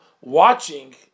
watching